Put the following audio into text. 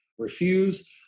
refuse